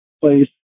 place